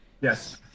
Yes